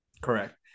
Correct